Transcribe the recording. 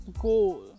goal